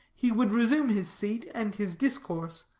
he would resume his seat and his discourse,